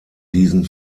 diesen